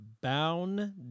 bound